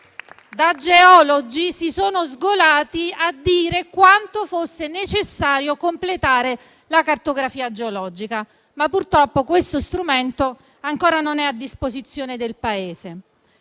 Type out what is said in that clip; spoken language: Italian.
da geologi, si sono sgolati a dire quanto fosse necessario completare la cartografia geologica. Ma purtroppo questo strumento non è ancora a disposizione del Paese.